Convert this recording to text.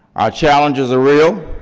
our challenges are real,